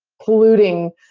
polluting,